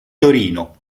torino